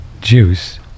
juice